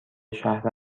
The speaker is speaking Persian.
شهر